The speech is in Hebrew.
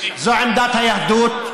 זו עמדת היהדות.